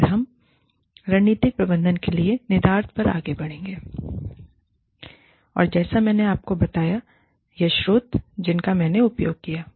और फिर हम रणनीतिक प्रबंधन के लिए निहितार्थ पर आगे बढ़ेंगे और जैसा मैंने आपको बताया यह स्त्रोत है जिनका मैंने उपयोग किया है